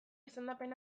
izendapen